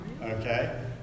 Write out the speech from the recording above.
Okay